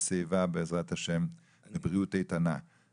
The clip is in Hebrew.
שיבה ולבריאות איתנה בעזרת השם,